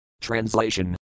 Translation